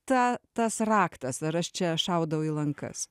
ta tas raktas ar aš čia šaudau į lankas